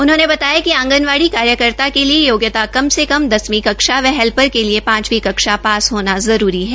उन्होंने बताया कि आंगनवाड़ी कार्यकर्ता के लिये योग्यता कम से कम दसवीं कक्षा व हेल्पर के लिये पांचवी कक्षा पास होना जरूरी है